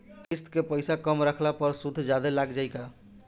किश्त के पैसा कम रखला पर सूद जादे लाग जायी का?